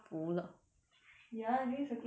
ya during circuit breaker I gain weight